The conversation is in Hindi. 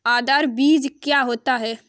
आधार बीज क्या होता है?